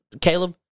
caleb